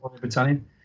battalion